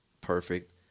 Perfect